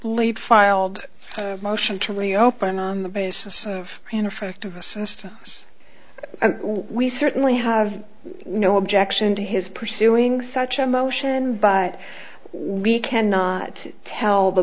leap filed a motion to reopen on the basis of an effect of us and we certainly have no objection to his pursuing such a motion but we cannot tell the